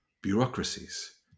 bureaucracies